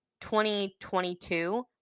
2022